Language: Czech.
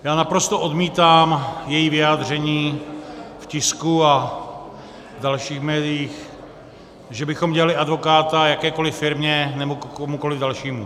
Já naprosto odmítám její vyjádření v tisku a dalších médiích, že bychom dělali advokáta jakékoliv firmě nebo komukoliv dalšímu.